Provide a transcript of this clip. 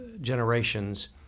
generations